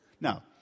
Now